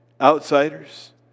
Outsiders